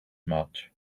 much